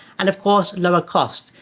and of course, lower costs.